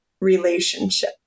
relationship